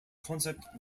concept